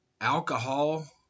alcohol